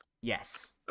Yes